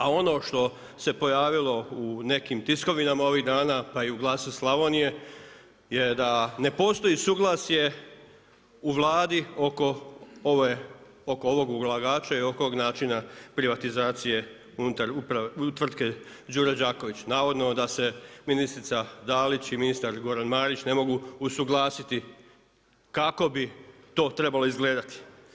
A ono što se pojavilo u nekim tiskovinama ovih dana, pa i u Glasu Slavonije je da ne postoji suglasje u Vladi oko ovog ulagača i oko ovog načina privatizacije unutar tvrtke Đuro Đaković, navodno da se ministrica Dalić i ministar Goran Marić ne mogu usuglasiti kako bi to trebalo izgledati.